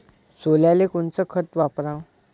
सोल्याले कोनचं खत वापराव?